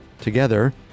Together